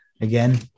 again